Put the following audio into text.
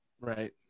Right